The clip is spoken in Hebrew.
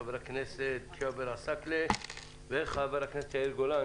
חבר הכנסת ג'אבר עסאקלה וחבר הכנסת יאיר גולן